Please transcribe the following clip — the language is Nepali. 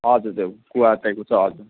हजुर हजुर कुवा टाइपको छ हजुर